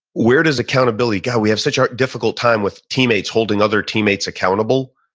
where does accountability go? we have such a difficult time with teammates holding other teammates accountable,